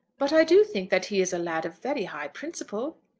but i do think that he is a lad of very high principle.